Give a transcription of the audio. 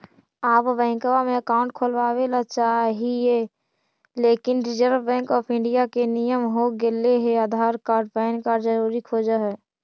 आब बैंकवा मे अकाउंट खोलावे ल चाहिए लेकिन रिजर्व बैंक ऑफ़र इंडिया के नियम हो गेले हे आधार कार्ड पैन कार्ड जरूरी खोज है?